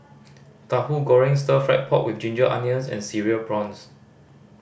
Tahu Goreng Stir Fried Pork With Ginger Onions and Cereal Prawns